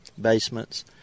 basements